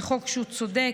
זה חוק שהוא צודק,